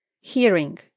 Hearing